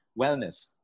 wellness